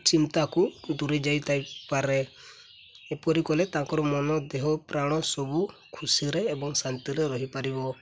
ଚିନ୍ତାକୁ ଦୂରେଇ ଯାଇଥାଏ ପାରେ ଏପରି କଲେ ତାଙ୍କର ମନ ଦେହ ପ୍ରାଣ ସବୁ ଖୁସିରେ ଏବଂ ଶାନ୍ତିରେ ରହିପାରିବ